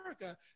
America